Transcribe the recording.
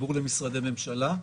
חיבור למשרדי ממשלה.